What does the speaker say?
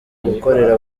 gukorera